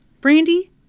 Brandy